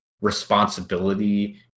responsibility